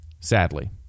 sadly